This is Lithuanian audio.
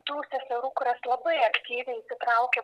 tų seserų kurios labai aktyviai įsitraukė